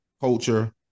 culture